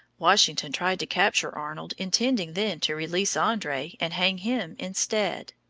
washington tried to capture arnold intending then to release andre and hang him instead.